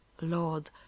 Lord